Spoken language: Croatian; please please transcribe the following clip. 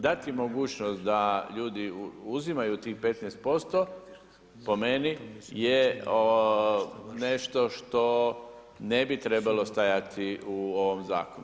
Dati mogućnost da ljudi uzimaju tih 15% po meni je nešto što ne bi trebalo stajati u ovom zakonu.